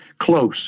close